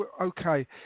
Okay